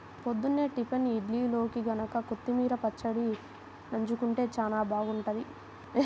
పొద్దున్నే టిఫిన్ ఇడ్లీల్లోకి గనక కొత్తిమీర పచ్చడి నన్జుకుంటే చానా బాగుంటది